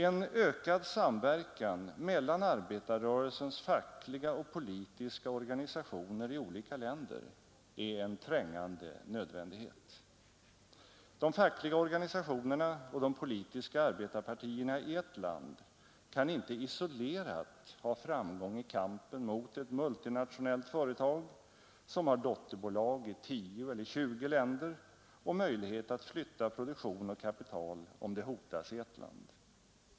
En ökad samverkan mellan arbetarrörelsens fackliga och politiska organisationer i olika länder är en trängande nödvändighet. De fackliga organisationerna och de politiska arbetarpartierna i ett land kan inte isolerade ha framgång i kampen mot ett multinationellt företag som har dotterbolag i tio eller tjugo länder och möjlighet att flytta produktion och kapital om det hotas i ett land.